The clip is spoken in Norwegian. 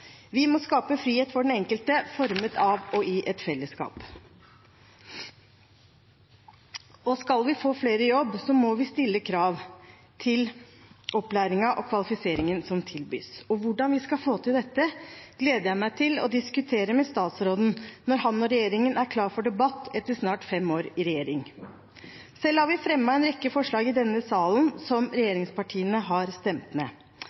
Vi må skape frihet for den enkelte, formet av og i et fellesskap. Skal vi få flere i jobb, må vi stille krav til opplæringen og kvalifiseringen som tilbys. Hvordan vi skal få til dette, gleder jeg meg til å diskutere med statsråden når han og regjeringen er klar for debatt etter snart fem år i regjering. Selv har vi fremmet en rekke forslag i denne salen som regjeringspartiene har stemt ned.